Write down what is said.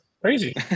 crazy